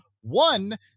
one